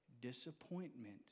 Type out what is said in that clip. Disappointment